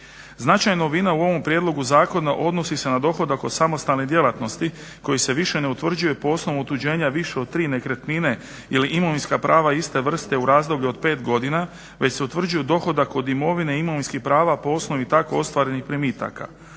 Značajna novina u ovom prijedlogu zakona odnosi se na dohodak od samostalne djelatnosti koji se više ne utvrđuje po osnovu otuđenja više od 3 nekretnine ili imovinska prava iste vrste u razdoblju od 5 godina već se utvrđuje dohodak od imovine i imovinskih prava po osnovi tako ostvarenih primitaka.